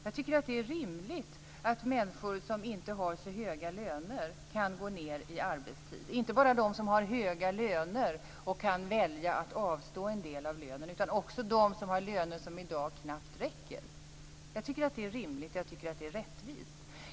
Jag tycker att det är rimligt att människor som inte har så höga löner kan gå ned i arbetstid - alltså inte bara de som har höga löner och som kan välja att avstå en del av lönen, utan också de som har löner som i dag knappt räcker. Det är rimligt och rättvist.